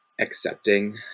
accepting